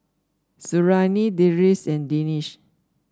Suriani Deris and Danish